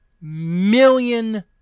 million